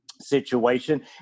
situation